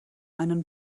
einen